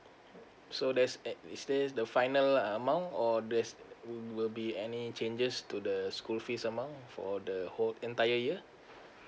so there's a~ is this the final amount or there's mm will be any changes to the school fees amount for the whole entire year